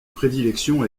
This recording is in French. prédilection